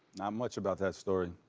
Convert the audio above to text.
much about that story.